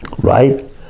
right